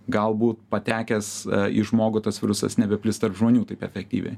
galbūt patekęs į žmogų tas virusas nebeplis tarp žmonių taip efektyviai